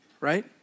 right